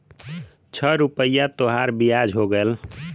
छह रुपइया तोहार बियाज हो गएल